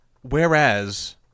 whereas